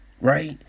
right